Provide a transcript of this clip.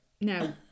Now